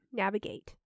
navigate 。